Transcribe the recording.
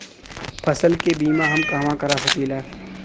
फसल के बिमा हम कहवा करा सकीला?